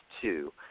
two